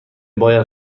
باید